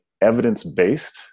evidence-based